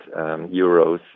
euros